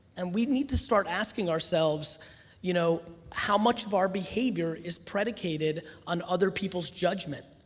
and we need to start asking ourselves you know how much of our behavior is predicated on other people's judgment?